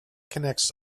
connects